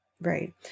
Right